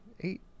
Eight